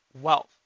wealth